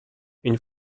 une